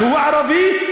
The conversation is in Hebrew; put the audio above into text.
שהוא ערבי,